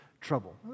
trouble